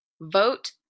vote